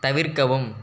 தவிர்க்கவும்